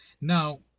Now